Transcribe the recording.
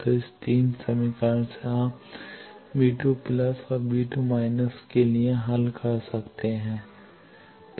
तो इस 3 समीकरण से आप और के लिए हल कर सकते हैं